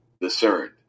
discerned